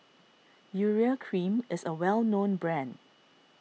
Urea Cream is a well known brand